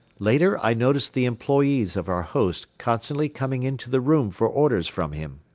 later i noticed the employees of our host constantly coming into the room for orders from him.